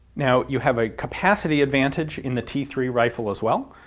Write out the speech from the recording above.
now you have a capacity advantage in the t three rifle as well.